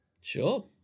Sure